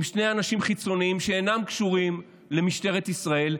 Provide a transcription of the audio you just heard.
עם שני אנשים חיצוניים שאינם קשורים למשטרת ישראל.